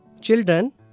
Children